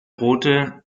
rote